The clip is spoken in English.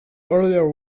earlier